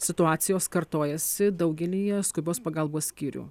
situacijos kartojasi daugelyje skubios pagalbos skyrių